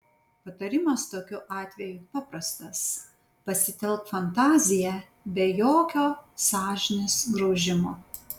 patarimas tokiu atveju paprastas pasitelk fantaziją be jokio sąžinės graužimo